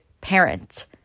parent